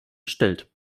gestellt